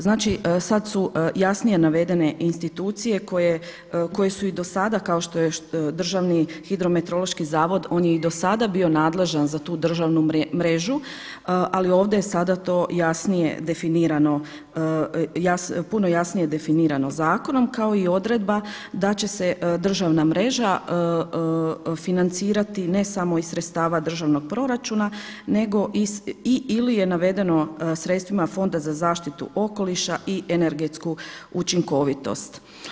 Znači sada su jasnije navedene institucije koje su i do sada kao što je DHMZ on je i do sada bio nadležan za tu državnu mrežu, ali ovdje je sada to jasnije definirano, puno jasnije definirano zakonom kao i odredba da će se državna mreža financirati ne samo iz sredstava državnog proračuna nego i ili je navedeno sredstvima Fonda za zaštitu okoliša i energetsku učinkovitost.